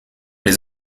les